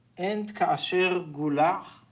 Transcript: and k'asher guulach.